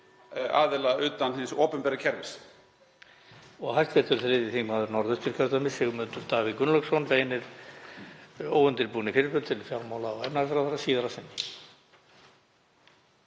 aðila utan hins opinbera kerfis.